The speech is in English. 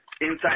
inside